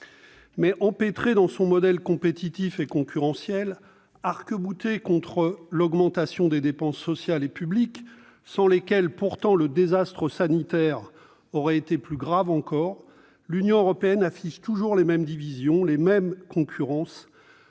Mais empêtrée dans son modèle compétitif et concurrentiel, arcboutée contre l'augmentation des dépenses sociales et publiques, sans lesquelles pourtant le désastre sanitaire aurait été plus grave encore, l'Union européenne affiche toujours les mêmes divisions, les mêmes concurrences